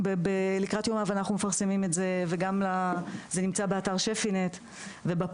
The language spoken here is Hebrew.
לקראת יום ההבנה אנחנו מפרסמים את זה וגם זה נמצא באתר שפ"י נט ובפורטל.